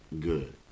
good